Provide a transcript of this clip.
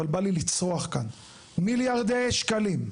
אבל בא לי לצרוח כאן, מיליארדי שקלים.